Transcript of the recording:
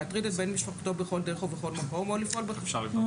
להטריד את בן משפחתו בכל דרך ובכל מקום או לפעול וכולי.